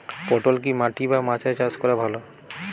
পটল কি মাটি বা মাচায় চাষ করা ভালো?